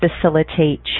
facilitate